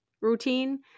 routine